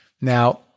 Now